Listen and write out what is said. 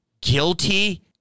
guilty